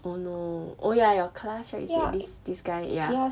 oh no oh ya your class right is this this guy ya